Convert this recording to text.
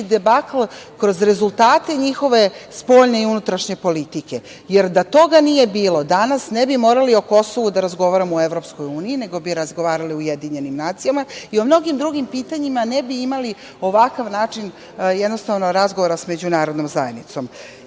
debakl kroz rezultate njihove spoljne i unutrašnje politike. Jer, da toga nije bilo, danas ne bi morali o Kosovu da razgovaramo u EU, nego bi razgovarali u Ujedinjenim nacijama i o mnogim drugim pitanjima ne bi imali ovakav način razgovora sa međunarodnom zajednicom. Izborni